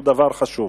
לנו זה דבר חשוב.